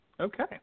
Okay